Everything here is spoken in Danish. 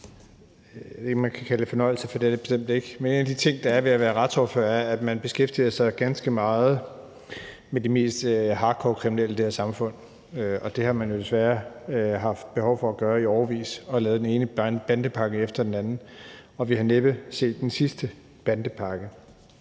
jeg ved ikke, om man kan kalde det fornøjelser, for det er det bestemt ikke, men en af de ting, der er ved at være retsordfører, er, at man beskæftiger sig ganske meget med de mest hardcore kriminelle i det her samfund. Og det har man jo desværre haft behov for at gøre i årevis, og der er lavet den ene bandepakke efter den anden. Vi har næppe set den sidste bandepakke.